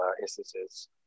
instances